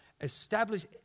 establish